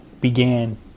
began